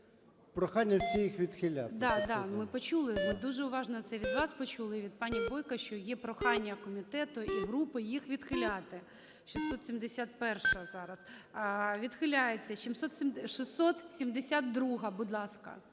Прохання всі їх відхиляти.